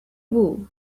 wool